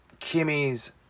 Kimmy's